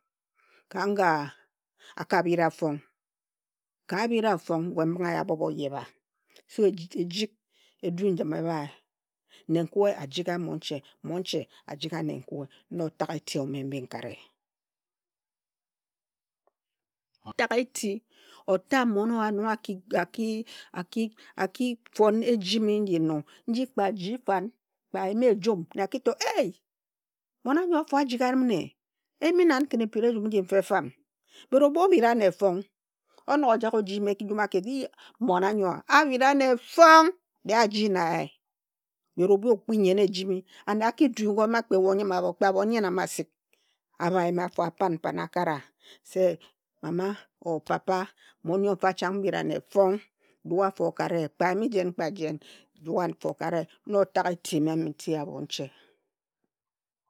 Ka nga aka bhira fon, ka abhira fong we mbinghe eya amobha oyebha so ejik edu njim ebhae. Nenkue ajiga monche, monche ajiga nenkue. Na otag eti ome mbi nkare. Otageti, ota mmon owa nong aki, aki, aki, aki fon ejimi nji no nji kpe a ji fan, kpe ayimi ejum, nne aki to e-h! Mmon anyo afo ajiga nne. E yimi nan khin epiri ejum nji fa efam? But ebhu obhira ane fong, onog a jag oji kim mmon anyo a? Abhira ne fong, de aji na ye. But ebhu okpi nyen ejimi, ane a ki du npo ma kpe we anyim abho, ma kpe abhon nyen ama asik abha yimi afo apan n pan akara, se mama or papa, mmon nyo fa chang mbiranefone. Rue afo kari ye kpe ayimi jen kpe jen ru wun a for kare ye. Na otageti ome mbi nti abhonche.